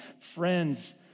friends